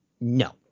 no